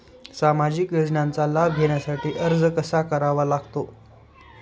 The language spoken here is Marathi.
सामाजिक योजनांचा लाभ घेण्यासाठी अर्ज कसा करावा लागतो?